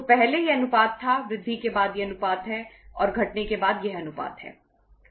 तो पहले यह अनुपात था वृद्धि के बाद यह अनुपात है और घटने के बाद यह अनुपात है